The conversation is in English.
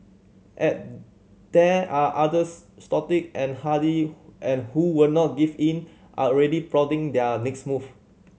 and there are others stoic and hardy who and who will not give in are already plotting their next move